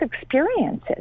experiences